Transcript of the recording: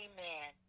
Amen